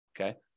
okay